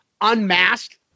unmasked